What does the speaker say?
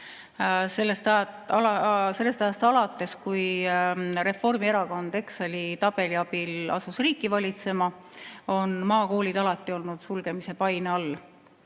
Sellest ajast alates, kui Reformierakond Exceli tabeli abil asus riiki valitsema, on maakoolid alati olnud sulgemise paine all.